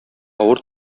авыр